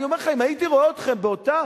אני אומר לך, אם הייתי רואה אתכם באותה